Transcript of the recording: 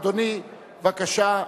אדוני, בבקשה.